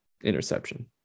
interception